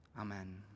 Amen